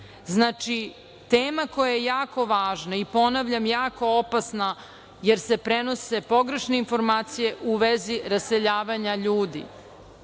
Znači, tema koja je jako važna i ponavljam, jako opasna, jer se prenose pogrešne informacije u vezi raseljavanja ljudi. Tačan